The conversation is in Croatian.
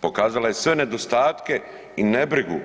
Pokazala je sve nedostatke i nebrigu